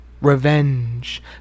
Revenge